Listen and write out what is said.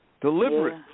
deliberate